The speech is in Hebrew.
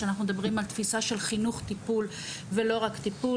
שאנחנו מדברים עם תפיסה של חינוך-טיפול ולא רק טיפול,